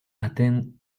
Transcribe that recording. attend